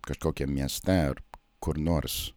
kažkokiam mieste ar kur nors